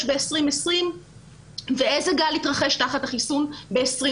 ב-2020 ואיזה גל התרחש תחת החיסון ב-2021.